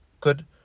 Good